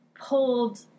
pulled